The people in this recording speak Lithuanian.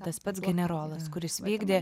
tas pats generolas kuris vykdė